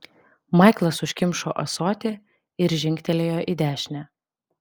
maiklas užkimšo ąsotį ir žingtelėjo į dešinę